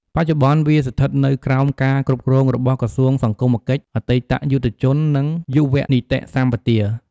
បច្ចុប្បន្ន វាស្ថិតនៅក្រោមការគ្រប់គ្របរបស់ក្រសួងសង្គមកិច្ច អតីតយុទ្ធជន និង យុវនីតិសម្បទា។